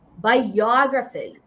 biographies